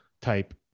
type